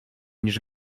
niż